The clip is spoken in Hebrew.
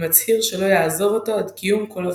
ומצהיר שלא יעזוב אותו עד קיום כל הבטחותיו.